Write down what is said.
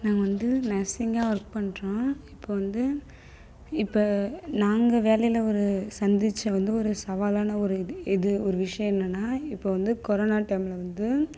நாங்கள் வந்து நர்ஸிங்கா ஒர்க் பண்ணுறோம் இப்போ வந்து இப்போ நாங்கள் வேலையில ஒரு சந்தித்த வந்து ஒரு சவாலான ஒரு இது எது ஒரு விஷயம் என்னென்னா இப்போ வந்து கொரோனா டைம்ல வந்து